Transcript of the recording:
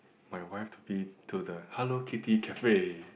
my wife to be to the Hello-Kitty cafe